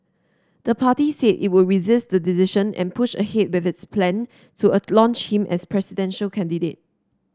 the party said it would resist the decision and push ahead with its plan to launch him as presidential candidate